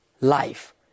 life